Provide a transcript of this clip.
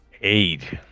Eight